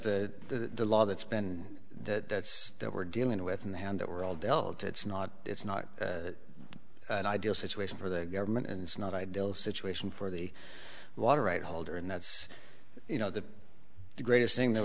the law that's been that that we're dealing with in the hand that we're all dealt it's not it's not an ideal situation for the government and it's not ideal situation for the water right holder and that's you know the greatest thing that